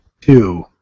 two